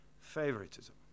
favoritism